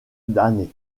d’années